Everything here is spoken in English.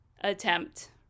attempt